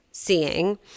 seeing